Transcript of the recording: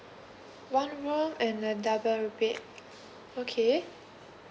one room and a double bed okay